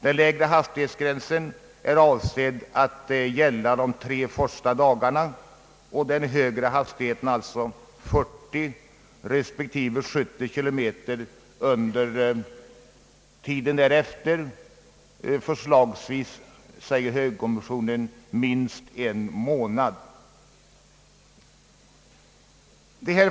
Den lägre hastighetsgränsen är avsedd att gälla de tre första dagarna och den högre hastigheten, alltså 40 respektive 70 kilometer, under tiden därefter — enligt förslag av högertrafikkommissionen minst en månad.